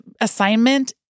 assignment